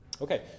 okay